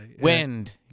Wind